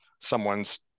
someone's